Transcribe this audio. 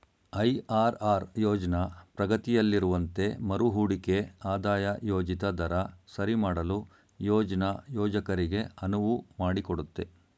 IRR ಯೋಜ್ನ ಪ್ರಗತಿಯಲ್ಲಿರುವಂತೆ ಮರುಹೂಡಿಕೆ ಆದಾಯ ಯೋಜಿತ ದರ ಸರಿಮಾಡಲು ಯೋಜ್ನ ಯೋಜಕರಿಗೆ ಅನುವು ಮಾಡಿಕೊಡುತ್ತೆ